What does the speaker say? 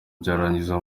byangiza